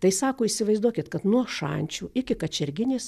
tai sako įsivaizduokit kad nuo šančių iki kačerginės